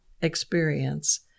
experience